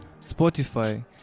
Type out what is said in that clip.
Spotify